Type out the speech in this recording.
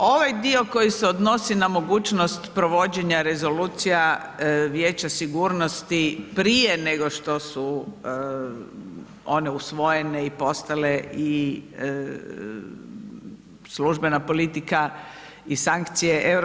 Ovaj dio koji se odnosi na mogućnost provođenje rezolucija Vijeća sigurno prije nego što su one usvojene i postale i službena politika i sankcije EU,